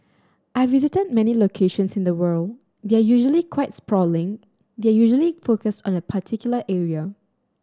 I visited many locations in the world they're usually quite sprawling they're usually focused on a particular area